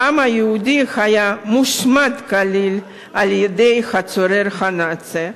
העם היהודי היה מושמד כליל על-ידי הצורר הנאצי.